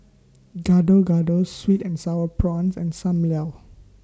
Gado Gado Sweet and Sour Prawns and SAM Lau